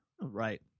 right